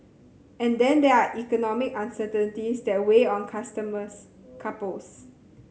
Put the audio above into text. and then there are economic uncertainties that weigh on customers couples